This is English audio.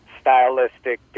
stylistic